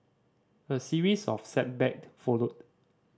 a series of setback followed